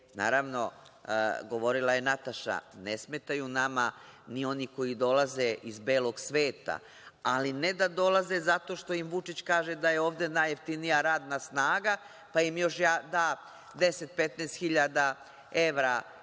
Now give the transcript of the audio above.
Naravno, govorila je Nataša, ne smetaju nama ni oni koji dolaze iz belog sveta, ali ne da dolaze zato što im Vučić kaže da je ovde najjeftinija radna snaga, pa im još da 10, 15 hiljada evra po